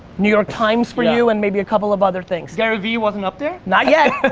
new york times for you and maybe a couple of other things. gary v wasn't up there? not yet.